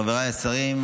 חבריי השרים,